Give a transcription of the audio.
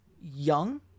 Young